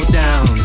down